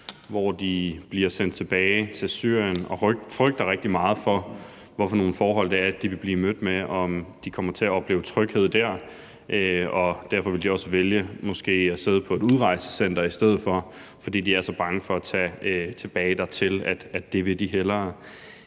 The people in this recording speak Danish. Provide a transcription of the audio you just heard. hvor de bliver sendt tilbage til Syrien og frygter rigtig meget for, hvad for nogle forhold de vil blive mødt med, og om de kommer til at opleve tryghed der. Og derfor vil de måske også vælge at sidde på et udrejsecenter i stedet for, altså fordi de er så bange for at tage tilbage dertil, at det vil de hellere.